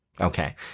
Okay